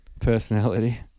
personality